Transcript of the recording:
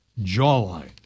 jawline